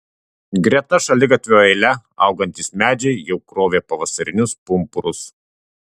greta šaligatvio eile augantys medžiai jau krovė pavasarinius pumpurus